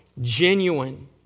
Genuine